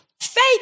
Faith